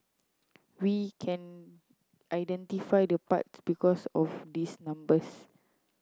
we can identify the part because of these numbers